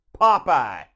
Popeye